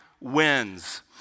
wins